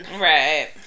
Right